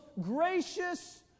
gracious